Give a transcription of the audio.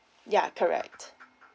ya correct